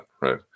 right